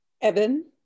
Evan